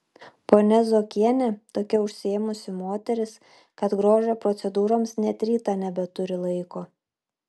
ponia zuokienė tokia užsiėmusi moteris kad grožio procedūroms net rytą nebeturi laiko